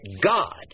God